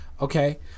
okay